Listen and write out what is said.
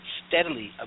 steadily